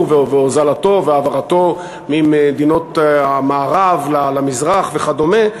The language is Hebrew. והוזלתו והעברתו ממדינות המערב למזרח וכדומה,